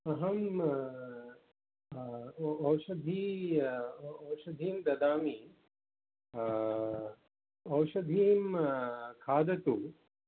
अहम् ओ औषधं ओ ओषधं ददामि औषधं खादतु